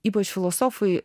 ypač filosofui